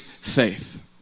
faith